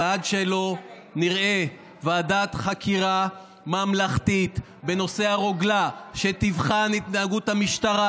ועד שלא נראה ועדת חקירה ממלכתית בנושא הרוגלה שתבחן את התנהגות המשטרה